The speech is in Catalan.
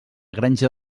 granja